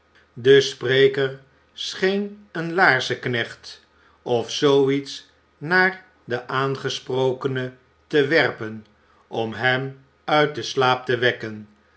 de spreker scheen een iaarzenknecht of zoo iets naar den aangesprokene te werpen om hem uit den slaap te wekken